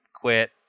quit